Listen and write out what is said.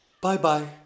Bye-bye